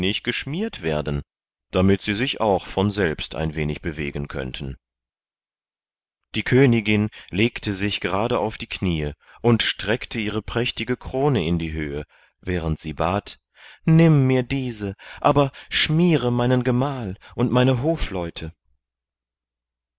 geschmiert werden damit sie sich auch von selbst ein wenig bewegen könnten die königin legte sich gerade auf die kniee und streckte ihre prächtige krone in die höhe während sie bat nimm mir diese aber schmiere meinen gemahl und meine hofleute